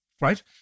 right